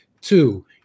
Two